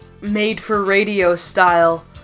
made-for-radio-style